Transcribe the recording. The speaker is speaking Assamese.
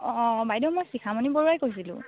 অঁ বাইদেউ মই শিখামণি বৰুৱাই কৈছিলোঁ